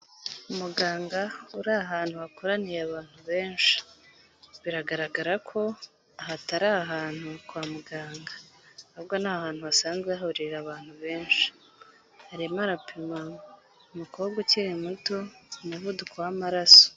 Muganga uri ahantu hakoraniye abantu benshi, biragaragara ko aha atari ahantu kwa muganga ahubwo ni ahantu hasanzwe hahurira abantu benshi, arimo arapima umukobwa ukiri muto umuvuduko w'amaraso.